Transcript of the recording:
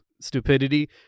stupidity